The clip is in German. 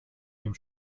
dem